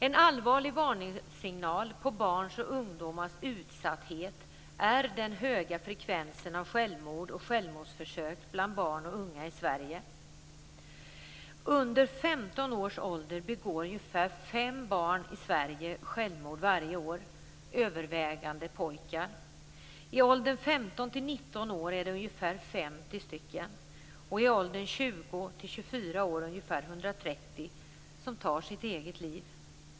En allvarlig varningssignal när det gäller barns och ungdomars utsatthet är den höga frekvensen av självmord och självmordsförsök bland barn och unga i Sverige. Ungefär fem barn under 15 års ålder begår självmord i Sverige varje år. Det är övervägande pojkar. I åldersgruppen 15-19 år är det ungefär 50 stycken. I åldersgruppen 20-24 år är det ungefär 130 som tar sitt eget liv.